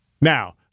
Now